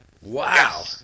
Wow